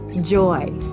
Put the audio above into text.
joy